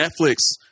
Netflix